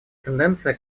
тенденция